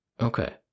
Okay